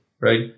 right